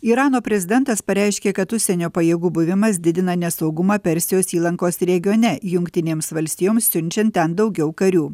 irano prezidentas pareiškė kad užsienio pajėgų buvimas didina nesaugumą persijos įlankos regione jungtinėms valstijoms siunčiant ten daugiau karių